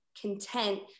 content